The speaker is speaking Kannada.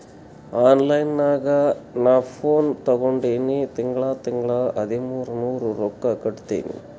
ಆನ್ಲೈನ್ ನಾಗ್ ನಾ ಫೋನ್ ತಗೊಂಡಿನಿ ತಿಂಗಳಾ ತಿಂಗಳಾ ಹದಿಮೂರ್ ನೂರ್ ರೊಕ್ಕಾ ಕಟ್ಟತ್ತಿನಿ